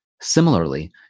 Similarly